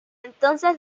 entonces